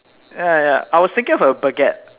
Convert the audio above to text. ya ya I was thinking of a baguette